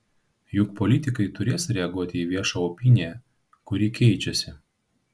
juk politikai turės reaguoti į viešą opiniją kuri keičiasi